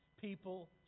People